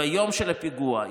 ביום של הפיגוע,